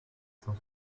cent